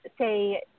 say